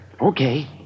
Okay